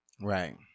right